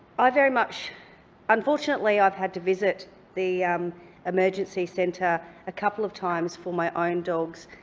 i very much unfortunately, i've had to visit the emergency centre a couple of times for my own dogs.